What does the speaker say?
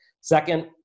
Second